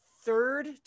third